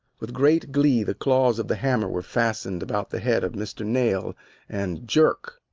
with great glee the claws of the hammer were fastened about the head of mr. nail and, jerk,